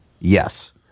Yes